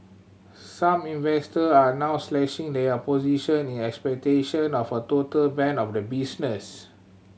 some investor are now slashing their position in expectation of a total ban of the business